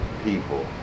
people